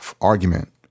argument